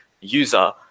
user